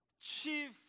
chief